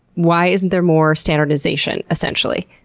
why isn't there more standardization essentially?